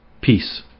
Peace